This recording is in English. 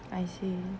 I see